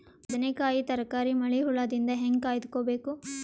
ಬದನೆಕಾಯಿ ತರಕಾರಿ ಮಳಿ ಹುಳಾದಿಂದ ಹೇಂಗ ಕಾಯ್ದುಕೊಬೇಕು?